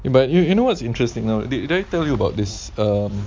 you but you you know what's interesting now did I tell you about this um